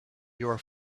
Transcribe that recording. your